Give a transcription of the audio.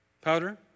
powder